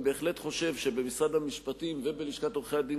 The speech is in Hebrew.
אני בהחלט חושב שבמשרד המשפטים ובלשכת עורכי-הדין